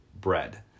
bread